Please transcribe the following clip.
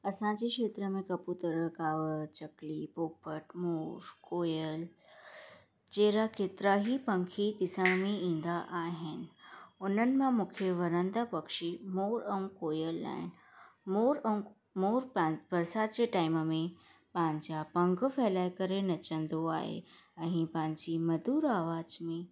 असांजे क्षेत्र में कबूतर कांउ चकली पोपट मोर कोयल जहिड़ा केतिरा ई पंखी ॾिसण में ईंदा आहिनि उन्हनि मां मूंखे वणंदड़ पक्षी मोर ऐं कोयल आहिनि मोर ऐं मोर पै बरसाति जे टाइम में पंहिंजी पंख फैलाए करे नचंदो आहे ऐं ई पंहिंजी मधुर आवाज़ में